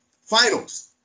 finals